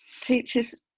teaches